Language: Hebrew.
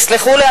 תסלחו לי,